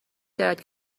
دارد